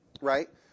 Right